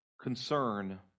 concern